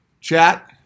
chat